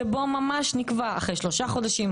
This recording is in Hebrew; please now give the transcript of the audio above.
שבו ממש נקבע אחרי שלושה חודשים,